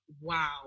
wow